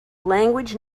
language